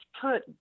put